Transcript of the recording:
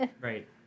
Right